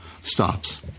stops